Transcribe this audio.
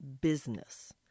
business